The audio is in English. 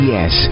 Yes